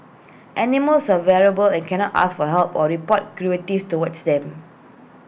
animals are vulnerable and cannot ask for help or report cruelties towards them